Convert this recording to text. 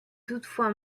toutefois